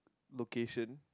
location